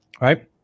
Right